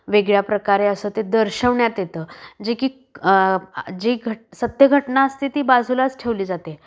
वेगळ्या प्रकारे असं ते दर्शवण्यात येतं जे की जी घटना सत्य घटना असते ती बाजूलाच ठेवली जाते